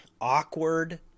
awkward